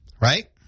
right